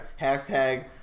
Hashtag